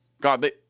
God